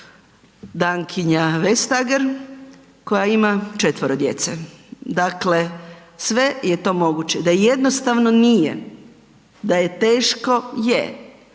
Dankinja Vestager koja ima četvero djece. Dakle, sve je to moguće. Da jednostavno nije, da je teško je,